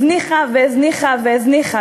הזניחה והזניחה והזניחה,